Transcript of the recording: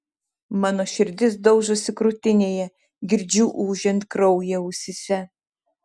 mano širdis daužosi krūtinėje girdžiu ūžiant kraują ausyse